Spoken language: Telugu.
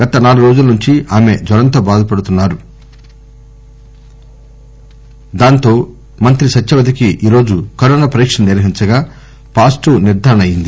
గత నాలుగు రోజుల నుంచి జ్యరంతో బాధపడుతున్న మంత్రి సత్యవతికి ఈరోజు కరోనా పరీక్షలు నిర్వహించగా పాజిటివ్ నిర్గారణ అయింది